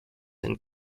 and